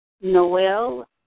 Noel